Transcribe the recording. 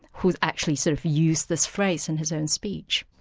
who has actually sort of used this phrase in his own speech.